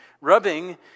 rubbing